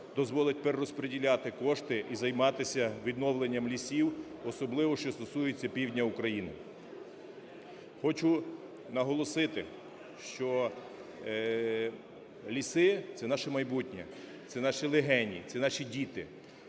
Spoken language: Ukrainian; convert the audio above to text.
дозволить перерозподіляти кошти і займатися відновленням лісів, особливо, що стосується півдня України. Хочу наголосити, що ліси – це наше майбутнє, це наші легені, це наші діти.